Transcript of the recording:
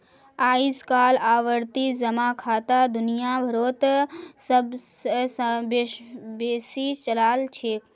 अइजकाल आवर्ती जमा खाता दुनिया भरोत सब स बेसी चलाल छेक